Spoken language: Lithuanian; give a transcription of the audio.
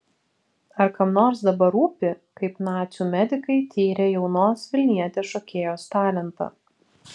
ar kam nors dabar rūpi kaip nacių medikai tyrė jaunos vilnietės šokėjos talentą